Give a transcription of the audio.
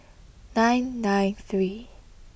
nine nine three